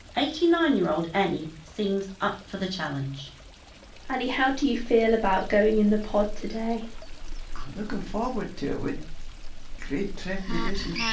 eighty nine year old annie seems up for the challenge annie, how do you feel about going in the pod today? i'm looking forward to it with great trepidation.